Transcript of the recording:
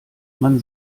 man